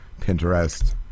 Pinterest